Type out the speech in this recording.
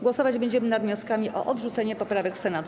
Głosować będziemy nad wnioskami o odrzucenie poprawek Senatu.